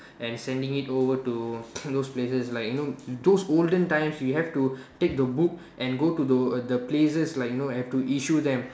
and sending it over to those places like you know those olden times you have to take the book and go to the the places like you know have to issue them